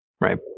right